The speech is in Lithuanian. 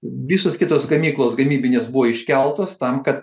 visos kitos gamyklos gamybinės buvo iškeltos tam kad